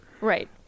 Right